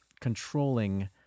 controlling